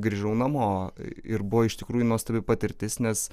grįžau namo ir buvo iš tikrųjų nuostabi patirtis nes